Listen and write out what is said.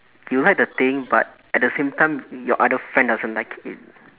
you like the thing but at the same time your other friend doesn't like it